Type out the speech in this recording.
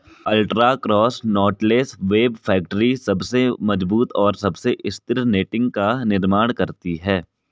ultra cross knotless web factory सबसे मजबूत और सबसे स्थिर नेटिंग का निर्माण करती है